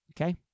Okay